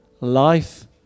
Life